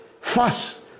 fuss